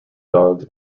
dogs